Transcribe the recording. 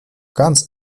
ganz